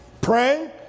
praying